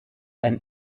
ein